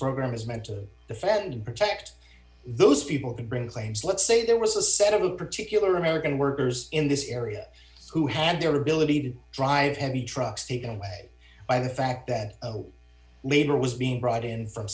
program is meant to defend and protect those people can bring claims let's say there was a set of particular american workers in this area who had their ability to drive heavy trucks taken away by the fact that labor was being brought in from